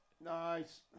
Nice